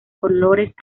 colores